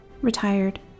retired